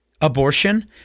abortion